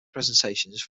presentations